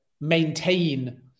maintain